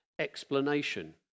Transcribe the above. explanation